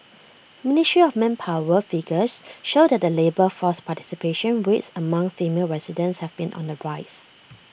ministry of manpower figures show that the labour force participation rates among female residents have been on the rise